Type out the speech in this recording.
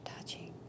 touching